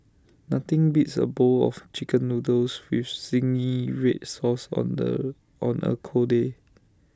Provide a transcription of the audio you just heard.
nothing beats A bowl of Chicken Noodles with Zingy Red Sauce on the on A cold day